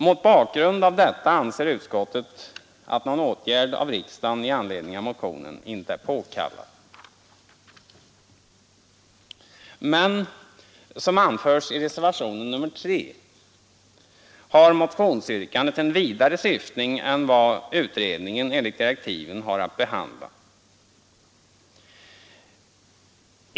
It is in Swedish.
Mot bakgrund av detta anser utskottet att någon åtgärd av riksdagen i anledning av motionen inte är påkallad. Men som anförs i reservationen 3 har motionsyrkandet en vidare syftning än vad utredningen enligt direktiven har att behandla.